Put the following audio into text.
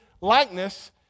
likeness